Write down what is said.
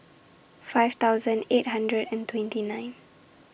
five thousand eight hundred and twenty nine